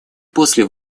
после